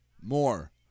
More